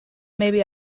maybe